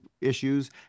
issues